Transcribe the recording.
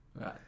Right